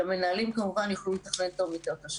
המנהלים יוכלו לתכנן טוב יותר את השנה.